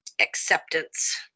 acceptance